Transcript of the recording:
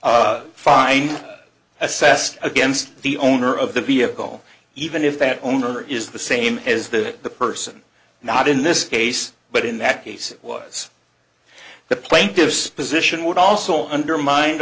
fine assessed against the owner of the vehicle even if that owner is the same as the person not in this case but in that case it was the plaintiff's position would also undermined